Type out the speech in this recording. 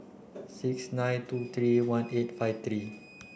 six nine two three one eight five three